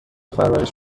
پرورش